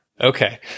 Okay